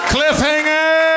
Cliffhanger